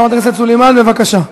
חברת הכנסת סלימאן, בבקשה.